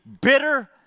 bitter